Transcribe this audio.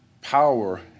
Power